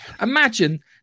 Imagine